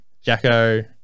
jacko